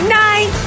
night